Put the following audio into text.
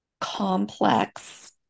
complex